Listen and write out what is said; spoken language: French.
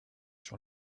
sur